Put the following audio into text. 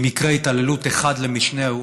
ממקרה התעללות אחד למשנהו,